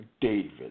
David